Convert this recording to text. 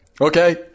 okay